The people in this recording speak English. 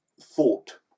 thought